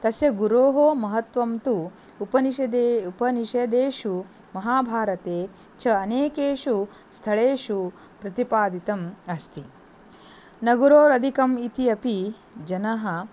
तस्य गुरोः महत्वं तु उपनिषदि उपनिषदि महाभारते च अनेकेषु स्थलेषु प्रतिपादितम् अस्ति न गुरोदिकम् इति अपि जनः